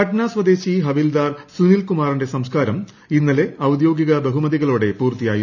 പട്ന സ്വദേശി ഹവീൽദാർ സുനിൽ കുമാപ്പിള്ന്റ് സംസ്കാരം ഇന്നലെ ഔദ്യോഗിക ബഹുമതികളോടെ പൂർത്തിയായിരുന്നു